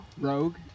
Rogue